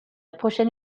prochaine